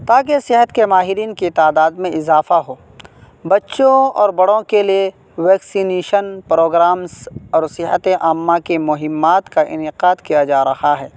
تاکہ صحت کے ماہرین کی تعداد میں اضافہ ہو بچوں اور بڑوں کے لیے ویکسینیشن پروگرامس اور صحت عامہ کی مہمات کا انعقاد کیا جا رہا ہے